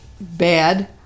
bad